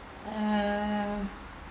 uh